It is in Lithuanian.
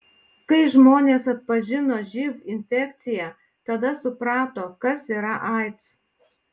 kai žmonės atpažino živ infekciją tada suprato kas yra aids